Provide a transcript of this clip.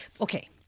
Okay